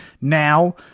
now